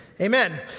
Amen